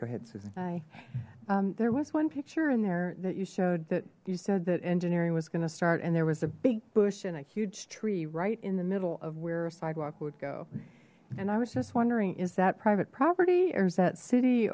in there was one picture in there that you showed that you said that engineering was going to start and there was a big bush and a huge tree right in the middle of where a sidewalk would go and i was just wondering is that private property or is that city